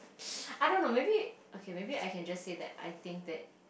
I don't know maybe okay maybe I can just say that I think that